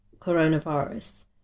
coronavirus